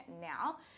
now